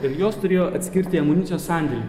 ir jos turėjo atskirti amunicijos sandėlį